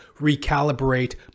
recalibrate